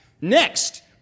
Next